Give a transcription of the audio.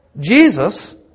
Jesus